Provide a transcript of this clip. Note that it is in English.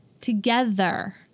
together